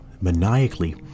maniacally